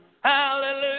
Hallelujah